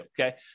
okay